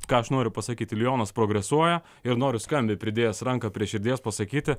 ką aš noriu pasakyti lionas progresuoja ir noriu skambiai pridėjęs ranką prie širdies pasakyti